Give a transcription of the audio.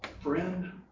friend